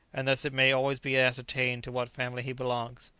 and thus it may always be ascertained to what family he belongs.